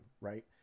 right